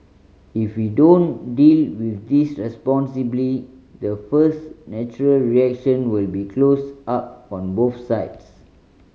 if we don't deal with this responsibly the first natural reaction will be close up on both sides